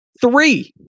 Three